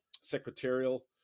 secretarial